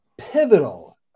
pivotal